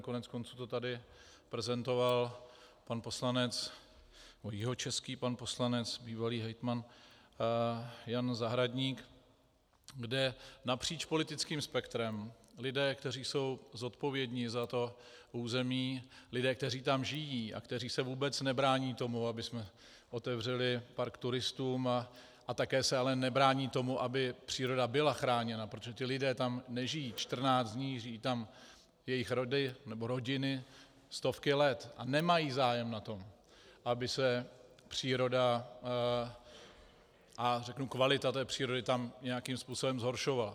Koneckonců to tady prezentoval pan poslanec, jihočeský pan poslanec, bývalý hejtman Jan Zahradník, kde napříč politickým spektrem lidé, kteří jsou zodpovědní za to území, lidé, kteří tam žijí a kteří se vůbec nebrání tomu, abychom otevřeli park turistům, a také se nebrání tomu, aby příroda byla chráněna, protože ti lidé tam nežijí 14 dní, žijí tam jejich rody nebo rodiny stovky let a nemají zájem na tom, aby se příroda a kvalita té přírody tam nějakým způsobem zhoršovala.